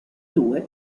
due